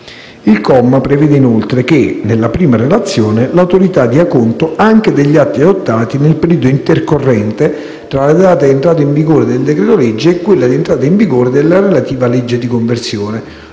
Il comma prevede inoltre che, nella prima relazione, l'Autorità dia conto anche degli atti adottati nel periodo intercorrente tra la data di entrata in vigore del decreto-legge e quella di entrata in vigore della relativa legge di conversione,